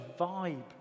vibe